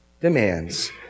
demands